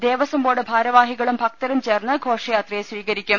Devaswom board ഭാരവാഹികളും ഭക്തരും ചേർന്ന് ഘോഷയാത്രയെ സ്വീകരിക്കും